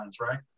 right